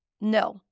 no